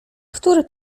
który